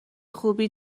خوبی